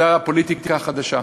זו הפוליטיקה החדשה.